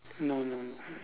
no no no